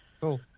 Cool